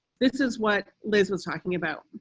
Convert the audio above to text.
this is what liz was talking about.